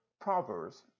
proverbs